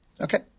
Okay